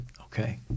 Okay